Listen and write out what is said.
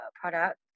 product